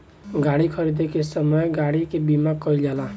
गाड़ी खरीदे के समय गाड़ी के बीमा कईल जाला